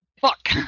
Fuck